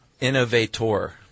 Innovator